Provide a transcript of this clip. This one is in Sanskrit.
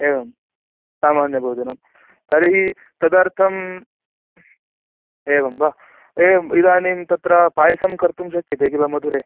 एवं सामान्यभोजनं तर्हि तदर्थम् एवं वा एवम् इदानीं तत्र पायसं कर्तुं श्क्यते किल मधुरे